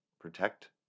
protect